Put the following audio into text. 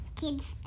Kids